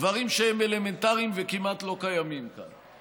דברים שהם אלמנטריים וכמעט לא קיימים כאן.